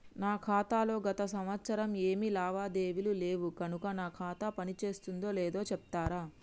నా ఖాతా లో గత సంవత్సరం ఏమి లావాదేవీలు లేవు కనుక నా ఖాతా పని చేస్తుందో లేదో చెప్తరా?